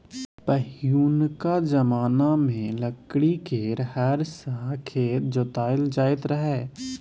पहिनुका जमाना मे लकड़ी केर हर सँ खेत जोताएल जाइत रहय